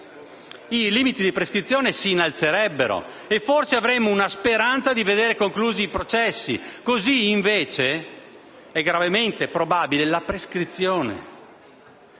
i limiti di prescrizione si innalzerebbero, e forse avremo la speranza di vedere conclusi i processi. Così invece è gravemente probabile la prescrizione.